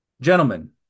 Gentlemen